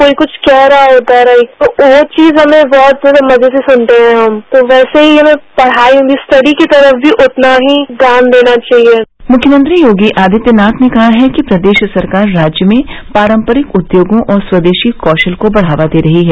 कोई कुछ कह रहा होता है राइद तो वो चीज हमें बहत ज्यादा मजे से सुनते हैं हम तो वैसे ही हमें पढ़ाई स्टडी की तरफ भी उतना ही ध्यान देना चाहिए मुख्यमंत्री योगी आदित्यनाथ ने कहा है कि प्रदेश सरकार राज्य में पारम्परिक उद्योगों और स्वदेशी कौशल को बढ़ावा दे रही है